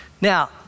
Now